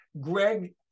Greg